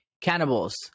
Cannibals